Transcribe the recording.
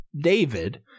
david